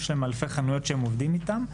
יש להם אלפי חנויות שהם עובדים איתם,